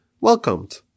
welcomed